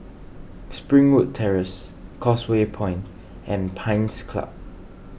Springwood Terrace Causeway Point and Pines Club